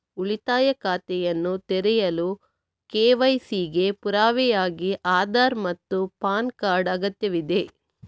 ಉಳಿತಾಯ ಖಾತೆಯನ್ನು ತೆರೆಯಲು ಕೆ.ವೈ.ಸಿ ಗೆ ಪುರಾವೆಯಾಗಿ ಆಧಾರ್ ಮತ್ತು ಪ್ಯಾನ್ ಕಾರ್ಡ್ ಅಗತ್ಯವಿದೆ